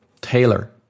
taylor